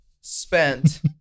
spent